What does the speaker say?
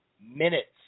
minutes